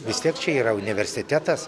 vis tiek čia yra universitetas